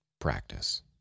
Practice